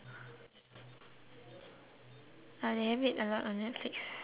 uh they have it or not on netflix right